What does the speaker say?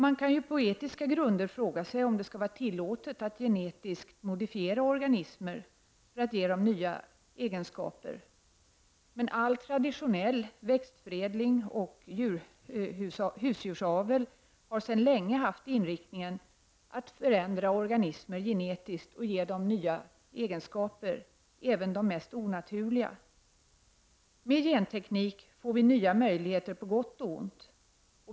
Man kan på etiska grunder fråga sig om det skall vara tillåtet att genetiskt modifiera organismer för att ge dem nya egenskaper. All traditionell växtförädling och husdjursavel har sedan länge haft inriktningen att förändra organismer genetiskt och ge dem nya egenskaper, även de mest onaturliga. Med genteknik får vi nya möjligheter på gott och ont.